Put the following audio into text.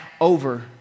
over